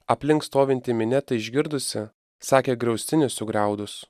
aplink stovinti minia tai išgirdusi sakė griaustinį sugriaudus